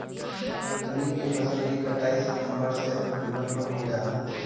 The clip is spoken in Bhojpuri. खरीफ के फसल के कटाई सितंबर से ओक्टुबर में हो जाला